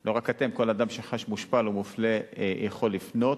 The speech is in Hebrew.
לא רק אתם, כל אדם שחש מושפל או מופלה יכול לפנות.